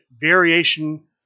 variation